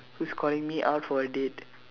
who's calling me out for a date